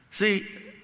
See